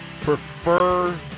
prefer